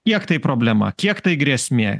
kiek tai problema kiek tai grėsmė